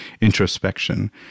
introspection